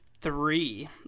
three